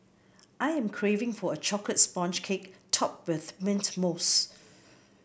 I am craving for a chocolate sponge cake topped with mint mousse